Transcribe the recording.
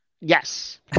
Yes